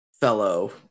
fellow